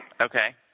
Okay